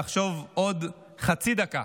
לחשוב עוד חצי דקה